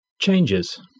changes